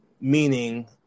Meaning